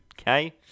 okay